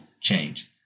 change